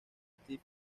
stephen